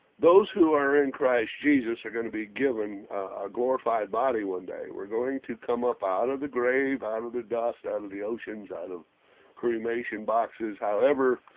those, who are in christ jesus are going to be given a glorified body one day we're going to come up out of the grave out of the dust out of the oceans out of cremation boxes however,